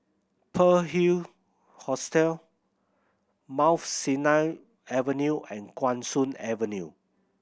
Pearl Hill Hostel Mount Sinai Avenue and Guan Soon Avenue